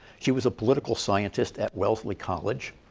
she was a political scientist at wellesley college.